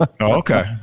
Okay